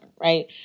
right